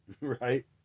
right